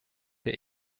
der